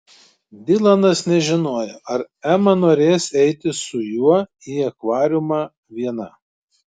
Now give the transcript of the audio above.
dilanas nežinojo ar ema norės eiti su juo į akvariumą viena